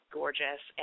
gorgeous